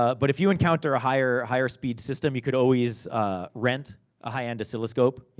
but if you encounter a higher higher speed system, you could always rent a high-end oscilloscope. you